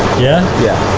yeah? yeah.